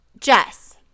Jess